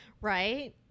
Right